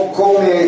come